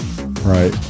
right